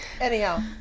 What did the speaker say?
anyhow